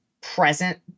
present